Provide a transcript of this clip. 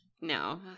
No